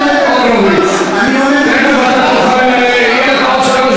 באבו-אבוה, אני אצטט אותך בוועדה לעובדים זרים.